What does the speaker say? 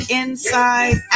inside